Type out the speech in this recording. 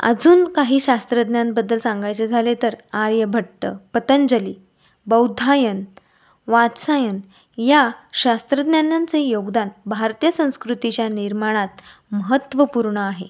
अजून काही शास्त्रज्ञांबद्दल सांगायचे झाले तर आर्यभट्ट पतंजली बौद्धायन वात्सायन या शास्त्रज्ञानांचं योगदान भारतीय संस्कृतीच्या निर्माणात महत्त्वपूर्ण आहे